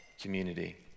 community